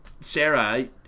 Sarah